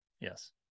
Yes